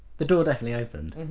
the door definitely opened.